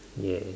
yeah